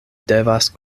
devas